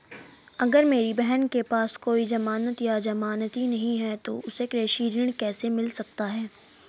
अगर मेरी बहन के पास कोई जमानत या जमानती नहीं है तो उसे कृषि ऋण कैसे मिल सकता है?